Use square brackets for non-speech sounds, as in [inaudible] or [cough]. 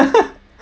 [laughs]